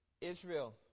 Israel